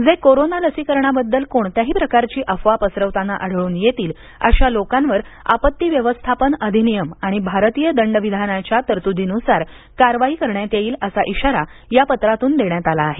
जे कोरोना लसीकरणाबददल कोणत्याही प्रकारची अफवा पसरवताना आढळून येतील अशा लोकांवर आपती व्यवस्थापन अधिनियम आणि भारतीय दंडविधानाच्या तरतुदीन्सार कारवाई करण्यात येईल असा इशारा या पत्रातून देण्यात आला आहे